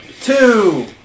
two